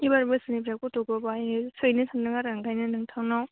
एबार बोसोरनिफ्राय गथ'खौ बाहायनो सोहैनो सान्दों आरो ओंखायनो नोंथांनाव